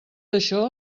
això